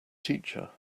teacher